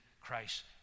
Christ